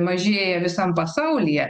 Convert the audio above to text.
mažėja visam pasaulyje